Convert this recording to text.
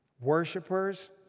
Worshippers